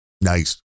Nice